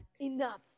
enough